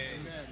Amen